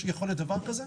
יכול להיות דבר כזה?